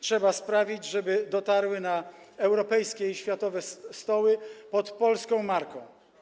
Trzeba sprawić, żeby dotarły na europejskie i światowe stoły pod polską marką.